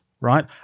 right